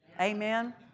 Amen